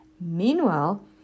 Meanwhile